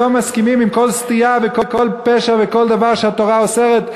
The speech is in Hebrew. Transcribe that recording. שלא מסכימים עם כל סטייה וכל פשע וכל דבר שהתורה אוסרת,